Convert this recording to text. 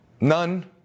None